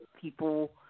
people